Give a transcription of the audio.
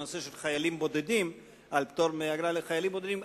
שנוגעת בנושא של פטור מאגרה לחיילים בודדים,